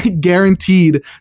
guaranteed